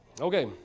Okay